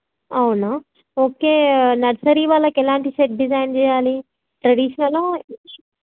అవునా okay nursery వాళ్ళకి ఎలాంటి సెట్ డిజైన్ చేయాలి ట్రెడిషనలా